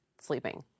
sleeping